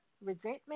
resentment